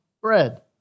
bread